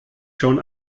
schon